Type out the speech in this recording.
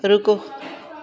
ਰੁਕੋ